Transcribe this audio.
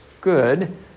good